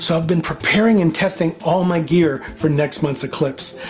so i've been preparing and testing all my gear for next month's eclipse.